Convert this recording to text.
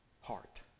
heart